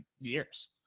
years